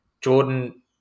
Jordan